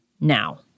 now